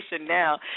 now